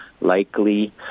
likely